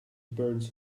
burns